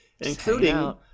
including